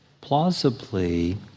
Plausibly